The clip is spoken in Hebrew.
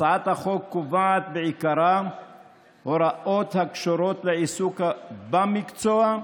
הצעת החוק קובעת בעיקרה הוראות הקשורות לעיסוק במקצוע,